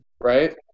right